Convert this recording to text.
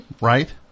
Right